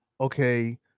okay